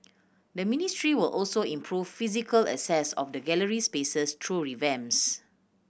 the ministry will also improve physical access of the gallery spaces through revamps